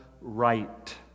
right